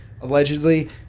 allegedly